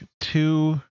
two